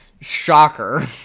Shocker